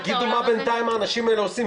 תגידו מה בינתיים האנשים האלה עושים,